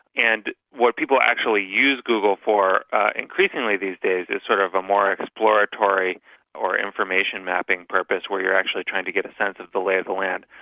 and what people actually use google for increasingly these days is sort of a more exploratory or information-mapping purpose, where you're actually trying to get a sense of the lay of the land.